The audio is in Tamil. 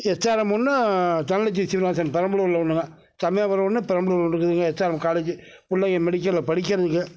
எஸ்ஆர்எம் ஒன்று தனலட்சுமி ஸ்ரீனிவாசன் பெரம்பலூரில் ஒன்றுங்க சமயபுரம் ஒன்று பெரம்பலூரில் ஒன்று இருக்குதுங்க எஸ்ஆர்எம் காலேஜ்ஜு பிள்ளைங்க மெடிக்கலில் படிக்கிறதுக்கு